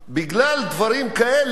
בגלל דברים כאלה,